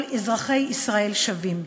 כל אזרחי ישראל שווים.